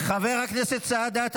חבר הכנסת סעדה.